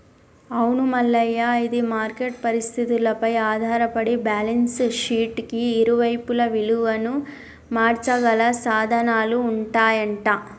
అవును మల్లయ్య ఇది మార్కెట్ పరిస్థితులపై ఆధారపడి బ్యాలెన్స్ షీట్ కి ఇరువైపులా విలువను మార్చగల సాధనాలు ఉంటాయంట